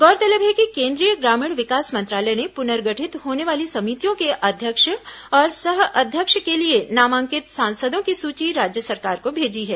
गौरतलब है कि केन्द्रीय ग्रामीण विकास मंत्रालय ने पुनर्गठित होने वाली समितियों के अध्यक्ष और सह अध्यक्ष के लिए नामांकित सांसदों की सूची राज्य सरकार को भेजी है